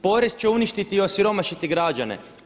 Porez će uništiti i osiromašiti građane.